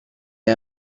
der